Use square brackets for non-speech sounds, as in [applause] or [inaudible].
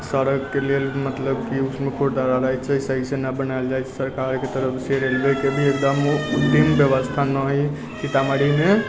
सड़कके लेल मतलब कि उसमे [unintelligible] सहीसँ नहि बनायल जाइत छै सरकारके तरफसँ रेलवेके लिए एकदम नीक व्यवस्था न हइ सीतामढ़ीमे